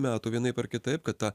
metų vienaip ar kitaip kad ta